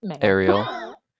ariel